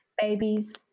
babies